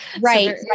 right